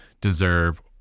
deserve